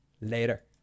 Later